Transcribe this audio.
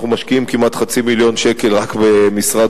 אנחנו משקיעים כמעט חצי מיליון שקל רק במשרד